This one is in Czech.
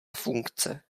funkce